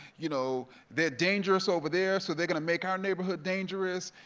you know they're dangerous over there, so they're going to make our neighborhood dangerous,